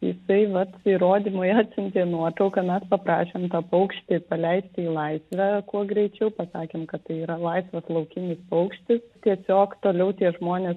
jisai vat įrodymui atsiuntė nuotrauką mes paprašėm tą paukštį paleisti į laisvę kuo greičiau pasakėm kad tai yra laisvas laukinis paukštis tiesiog toliau tie žmonės